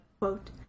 Quote